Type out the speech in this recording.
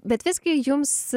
bet visgi jums